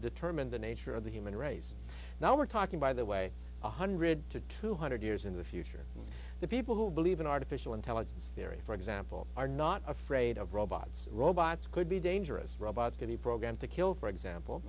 determine the nature of the human race now we're talking by the way one hundred to two hundred years in the future the people who believe in artificial intelligence theory for example are not afraid of robots robots could be dangerous robots could be programmed to kill for example